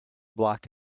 block